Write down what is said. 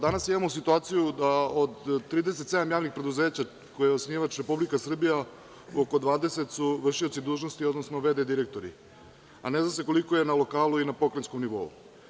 Danas imamo situaciju od 37 javnih preduzeća čiji je osnivač Republika Srbija oko 20 su vršioci dužnosti, odnosno v.d. direktori, a ne zna se koliko je na lokalu i na pokrajinskom nivou.